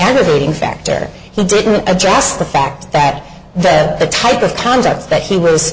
aggravating factor he didn't address the fact that the type of contacts that he was